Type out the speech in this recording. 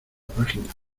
página